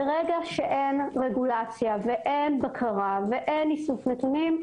שאין רגולציה ואין בקרה ואין איסוף נתונים,